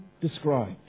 described